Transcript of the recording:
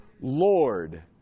Lord